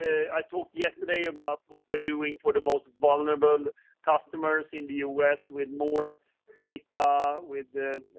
i talked yesterday about what we're doing for the most vulnerable customers, in the u s, with more data with the